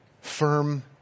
firm